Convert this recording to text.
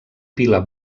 pila